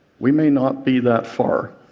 we may not be that far